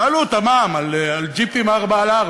תעלו את המע"מ על ג'יפים 4X4,